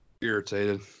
Irritated